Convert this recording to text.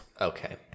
Okay